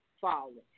falling